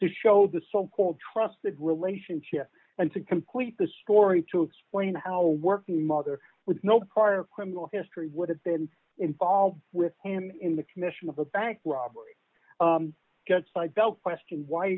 to show the so called trusted relationship and to complete the story to explain how working mothers with no prior criminal history would have been involved with him in the commission of a bank robbery just sidel question why